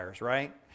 right